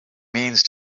means